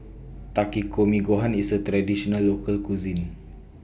Takikomi Gohan IS A Traditional Local Cuisine